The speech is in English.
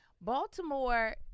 Baltimore